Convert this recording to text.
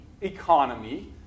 economy